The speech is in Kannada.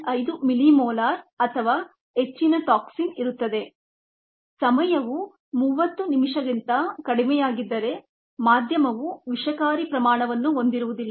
5 ಮಿಲಿಮೋಲಾರ್ ಅಥವಾ ಹೆಚ್ಚಿನ ಟಾಕ್ಸಿನ್ ಇರುತ್ತದೆ ಸಮಯವು 30 ನಿಮಿಷಗಳಿಗಿಂತ ಕಡಿಮೆಯಾಗಿದ್ದರೆ ಮಾಧ್ಯಮವು ವಿಷಕಾರಿ ಪ್ರಮಾಣವನ್ನು ಹೊಂದಿರುವುದಿಲ್ಲ